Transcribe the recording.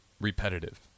repetitive